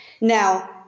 Now